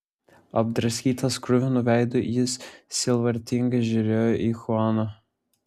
apdraskytas kruvinu veidu jis sielvartingai žiūrėjo į chuaną